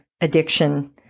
addiction